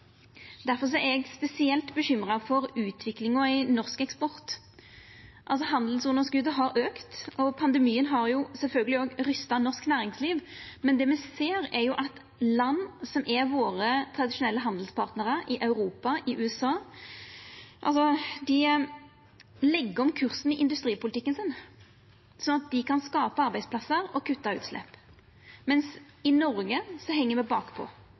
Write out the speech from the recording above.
er eg spesielt bekymra for utviklinga i norsk eksport. Handelsunderskotet har auka, og pandemien har sjølvsagt skaka norsk næringsliv, men det me ser, er at land som er våre tradisjonelle handelspartnarar i Europa og i USA, legg om kursen i industripolitikken sin sånn at dei kan skapa arbeidsplassar og kutta utslepp. Mens i Noreg heng me